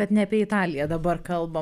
kad ne apie italiją dabar kalbam